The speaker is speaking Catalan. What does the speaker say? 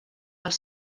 als